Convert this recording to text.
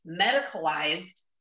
medicalized